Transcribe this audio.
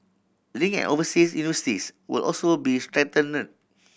link and overseas will also be strengthen